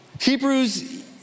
Hebrews